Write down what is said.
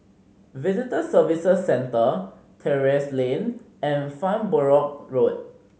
Visitor Services Centre Terrasse Lane and Farnborough Road